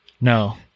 No